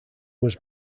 was